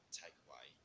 takeaway